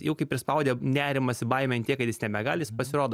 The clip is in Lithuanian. jau kai prispaudė nerimas baimė ant tiek kad jis nebegali jis pasirodo